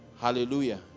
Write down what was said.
Hallelujah